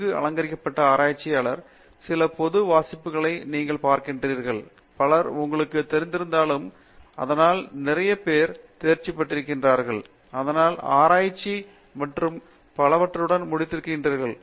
நன்கு அலங்கரிக்கப்பட்ட ஆராய்ச்சியாளர் சில பொது வாசிப்புகளை நீங்கள் பார்க்கிறீர்களானால் பலர் உங்களுக்குத் தெரிந்திருக்கிறார்கள் அதனால் நிறைய பேர் தேர்ச்சி பெற்றிருக்கிறார்கள் அதனால் ஆராய்ச்சி மற்றும் பலவற்றுடன் முடிந்திருக்கிறார்கள்